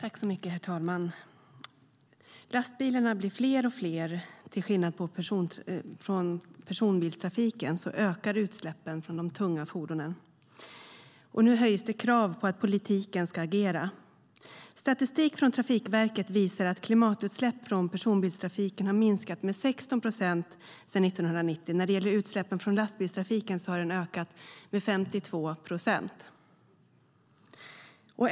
Herr talman! Lastbilarna blir fler och fler. Till skillnad från personbilstrafiken ökar utsläppen från de tunga fordonen. Nu höjs krav på att politiken ska agera. Statistik från Trafikverket visar att klimatutsläppen från personbilstrafik har minskat med 16 procent sedan 1990, medan utsläppen från lastbilstrafik har ökat med 52 procent.